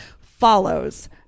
follows